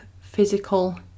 physical